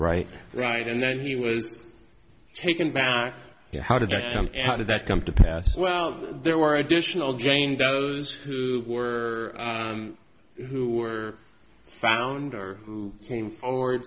right right and then he was taken back here how did that come to pass well there were additional jane those who were who were found or who came forward